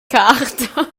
carta